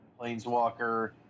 Planeswalker